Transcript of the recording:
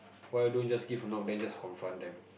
why don't just give a knock then just confront them